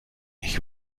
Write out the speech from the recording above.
ich